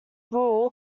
rule